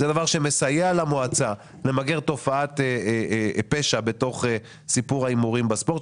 זה דבר שמסייע למועצה למגר תופעת פשע בתוך סיפור ההימורים בספורט,